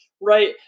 right